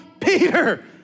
Peter